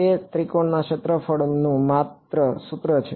તે ત્રિકોણના ક્ષેત્રફળનું માત્ર સૂત્ર છે